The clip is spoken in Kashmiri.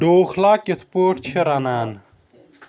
ڈوخلا کِتھ پٲٹھۍ چھِ رَنان